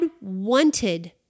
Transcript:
wanted